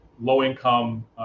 low-income